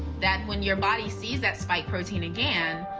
that when your body sees that spike protein again,